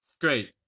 Great